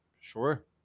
Sure